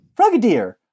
frogadier